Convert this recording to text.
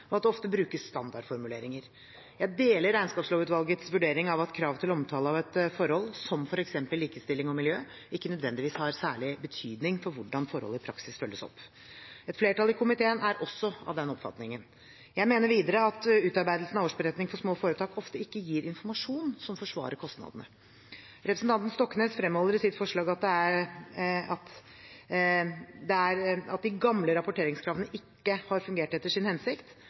og at det ofte brukes standardformuleringer. Jeg deler regnskapslovutvalgets vurdering av at krav til omtale av et forhold, som f.eks. likestilling og miljø, ikke nødvendigvis har særlig betydning for hvordan forholdet i praksis følges opp. Et flertall i komiteen er også av den oppfatningen. Jeg mener videre at utarbeidelsen av årsberetning for små foretak ofte ikke gir informasjon som forsvarer kostnadene. Representanten Stoknes fremholder i sitt forslag at det at de gamle rapporteringskravene ikke har fungert etter sin hensikt,